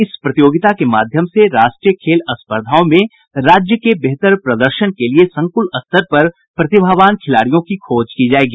इस प्रतियोगिता के माध्यम से राष्ट्रीय खेल स्पर्धाओं में राज्य के बेहतर प्रदर्शन के लिए संकुल स्तर पर प्रतिभावान खिलाड़ियों की खोज की जायेगी